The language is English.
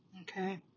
Okay